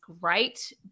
great